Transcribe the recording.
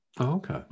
Okay